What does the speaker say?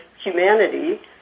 humanity